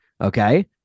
okay